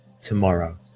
tomorrow